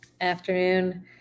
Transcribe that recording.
Afternoon